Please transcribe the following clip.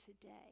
today